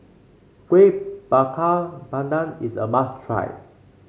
Kuih Bakar Pandan is a must try